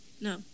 No